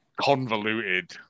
convoluted